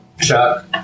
Chuck